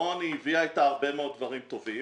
בעיקרון היא הביאה אתה הרבה מאוד דברים טובים